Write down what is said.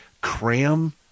cram